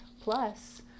plus